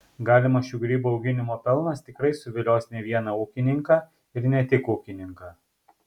galimas šių grybų auginimo pelnas tikrai suvilios ne vieną ūkininką ir ne tik ūkininką